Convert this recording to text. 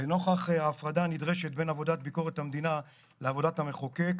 לנוכח ההפרדה הנדרשת בין עבודת ביקורת המדינה לבין עבודת המחוקק,